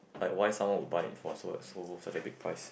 like why someone would buy it for so for such a big price